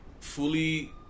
fully